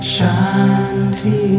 Shanti